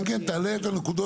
כן, כן, תעלה את הנקודות.